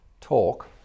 talk